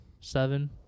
Seven